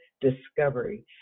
discovery